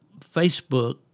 Facebook